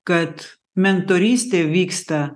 kad mentorystė vyksta